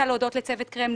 תודה לצוות קרמניצר,